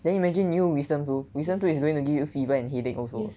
then you imagine 你又 wisdom tooth is going to give you fever and headache also